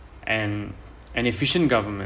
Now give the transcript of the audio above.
and an efficient government